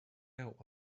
out